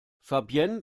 fabienne